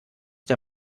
der